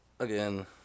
Again